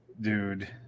dude